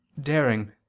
daring